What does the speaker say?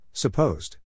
Supposed